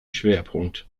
schwerpunkt